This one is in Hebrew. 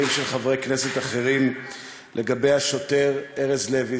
של חברי כנסת אחרים לגבי השוטר ארז לוי,